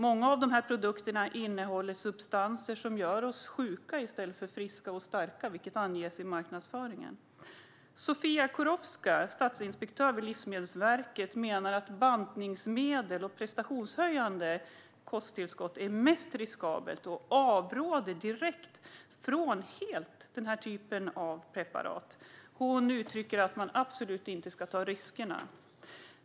Många av produkterna innehåller substanser som gör oss sjuka i stället för friska och starka, vilket är vad som anges i marknadsföringen. Zofia Kurowska, statsinspektör vid Livsmedelsverket, menar att bantningsmedel och prestationshöjande kosttillskott är mest riskabla och avråder helt från denna typ av preparat. Hon uttrycker att man inte ska ta riskerna.